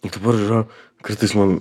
nu dabar žinok kartais man